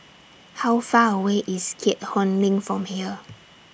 How Far away IS Keat Hong LINK from here